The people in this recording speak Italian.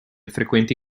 frequenti